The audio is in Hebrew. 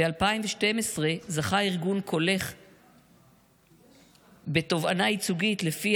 ב-2012 זכה ארגון קולך בתובענה ייצוגית שלפיה